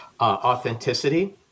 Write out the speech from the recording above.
authenticity